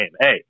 hey